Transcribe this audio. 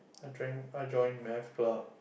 I join I joined math club